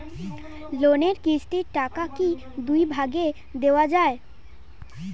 লোনের কিস্তির টাকাকে কি দুই ভাগে দেওয়া যায়?